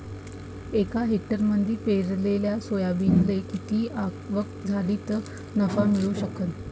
एका हेक्टरमंदी पेरलेल्या सोयाबीनले किती आवक झाली तं नफा मिळू शकन?